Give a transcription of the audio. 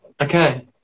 Okay